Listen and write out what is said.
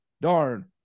darn